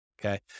Okay